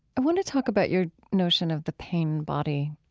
i want to talk about your notion of the pain body.